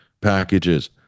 packages